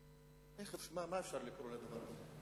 מה אפשר לקרוא לדבר הזה?